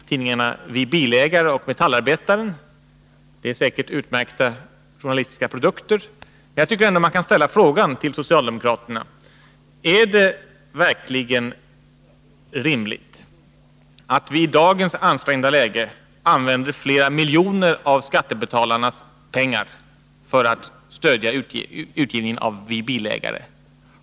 Tidningarna Vi Bilägare och Metallarbetaren är säkert utmärkta journalistiska produkter, men man kan ändå ställa frågan till socialdemokraterna: Är det verkligen rimligt att vi i dagens ansträngda läge använder flera miljoner av skattebetalarnas pengar för att stödja utgivningen av Vi Bilägare?